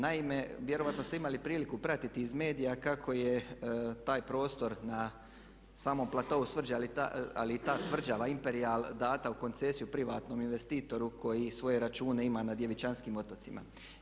Naime, vjerojatno ste imali priliku pratiti iz medija kako je taj prostor na samom platou Srđa ali i ta tvrđava Imperijal dana u koncesiju privatnom investitoru koji svoje račune ima na Djevičanskim otocima.